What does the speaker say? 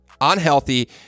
unhealthy